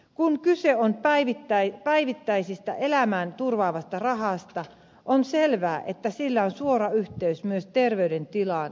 kun kyse on päivittäisestä elämää turvaavasta rahasta on selvää että sillä on suora yhteys myös terveydentilaan ja hyvinvointiin